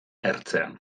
ertzean